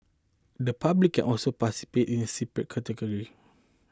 the public can also participate in a separate category